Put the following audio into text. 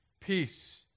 peace